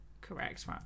correct